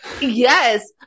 yes